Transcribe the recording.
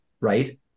Right